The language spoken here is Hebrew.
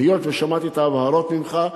היות ששמעתי את ההבהרות ממך,